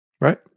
Right